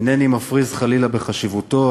אינני מפריז חלילה בחשיבותו,